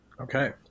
Okay